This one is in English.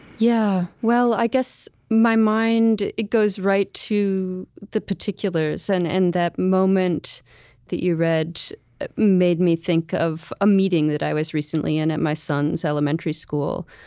yeah well, i guess my mind, it goes right to the particulars. and and that moment that you read made me think of a meeting that i was recently in at my son's elementary school,